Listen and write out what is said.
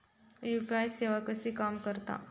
UPI सेवा कशी काम करता?